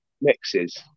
mixes